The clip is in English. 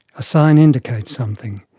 a sign indicates something.